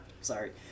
Sorry